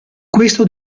questo